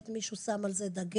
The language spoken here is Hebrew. מישהו שם על זה דגש?